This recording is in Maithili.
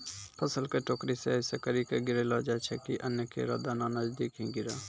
फसल क टोकरी सें ऐसें करि के गिरैलो जाय छै कि अन्न केरो दाना नजदीके ही गिरे